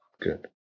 good